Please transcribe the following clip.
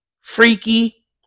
freaky